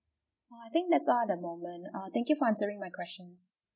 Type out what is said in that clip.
oh I think that's all at the moment uh thank you for answering my questions